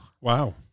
wow